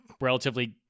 relatively